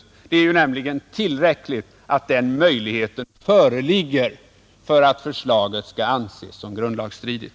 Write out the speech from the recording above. Det är nämligen tillräckligt att den möjligheten föreligger för att förslaget skall anses grundlagstridigt.